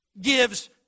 gives